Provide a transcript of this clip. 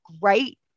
great